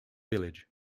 village